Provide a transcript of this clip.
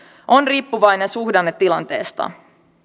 on riippuvainen suhdannetilanteesta